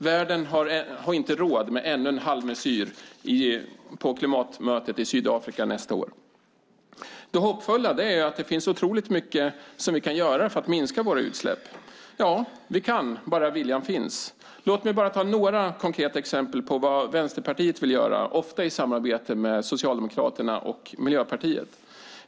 Världen har inte råd med ännu en halvmesyr på klimatmötet i Sydafrika nästa år. Det hoppfulla är att det finns otroligt mycket vi kan göra för att minska våra utsläpp. Ja, vi kan - bara viljan finns. Låt mig ta några konkreta exempel på vad Vänsterpartiet vill göra, ofta i samarbete med Socialdemokraterna och Miljöpartiet.